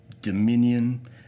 dominion